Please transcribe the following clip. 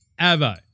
Avo